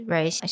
Right